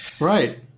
Right